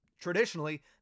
Traditionally